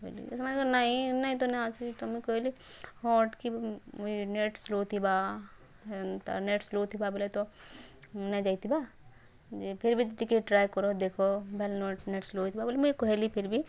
ବଇଲି ସେମାନେ କଇଲେ ନାଇଁ ନାଇଁ ତ ନାଇଁଆସି ତ ମୁଇଁ କହିଲି ହଁ ଟିକେ ମୁଇଁ ନେଟ୍ ସ୍ଲୋ ଥିବା ହେନ୍ତା ନେଟ୍ ସ୍ଲୋ ଥିବା ବଲେ ତ ନାଇଁ ଯାଇଥିବା ଯେ ଫିର୍ ବି ଟିକେ ଟ୍ରାଏ କର ଦେଖ ଭାଏଲ୍ ନେଟ୍ ସ୍ଲୋ ହେଇଥିବା ବୋଲି ମୁଇଁ କହିଲି ଫିର୍ ବି